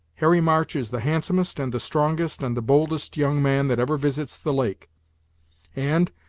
harry march is the handsomest, and the strongest, and the boldest young man that ever visits the lake and,